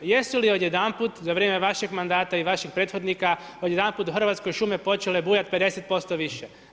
Jesu li odjedanput za vrijeme vašeg mandata i vaših prethodnika, odjedanput u Hrvatskoj šume počele bujati 50% više?